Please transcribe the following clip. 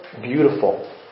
beautiful